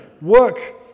work